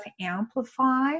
amplify